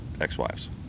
ex-wives